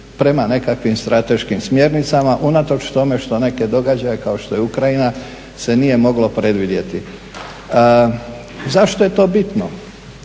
prema nekakvim strateškim smjernicama unatoč tome što neke događaje kao što je Ukrajina se nije moglo predvidjeti. Zašto je to bitno?